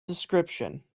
description